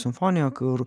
simfoniją kur